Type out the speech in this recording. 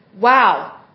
Wow